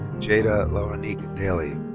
jada laronique dailey.